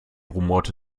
rumort